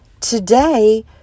today